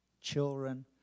children